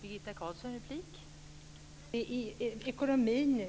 Fru talman! När det gäller ekonomin